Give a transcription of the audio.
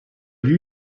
you